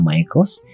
Michaels